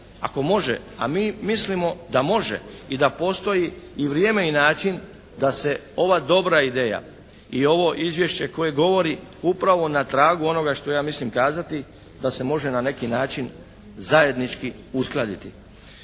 ako može, a mi mislimo da može i da postoji i vrijeme i način da se ova dobra ideja i ovo izvješće koje govori upravo na tragu onoga što ja mislim kazati, da se može na neki način zajednički uskladiti.